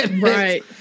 Right